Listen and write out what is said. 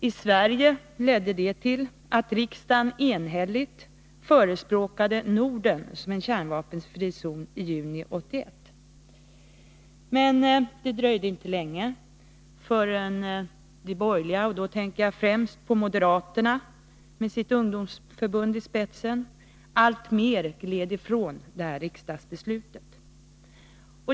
I Sverige ledde detta till att riksdagen i juni 1981 enhälligt förespråkade Norden som en kärnvapenfri zon. Men det dröjde inte länge förrän de borgerliga, och då tänker jag främst på moderaterna med sitt ungdomsförbund i spetsen, alltmer gled ifrån riksdagsbeslutet.